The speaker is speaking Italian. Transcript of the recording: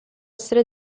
essere